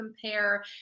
compare